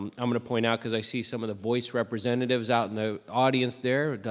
um i'm going to point out, cause i see some of the voice representatives out in the audience there,